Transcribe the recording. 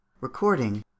Recording